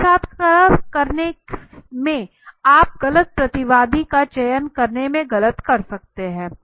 साक्षात्कार लेने में आप गलत प्रतिवादी का चयन करने में गलती कर सकते हैं